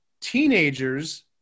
teenagers